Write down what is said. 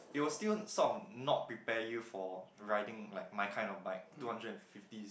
it will still sort of not prepare you for riding like my kind of bike two hundred and fifty